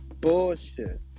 bullshit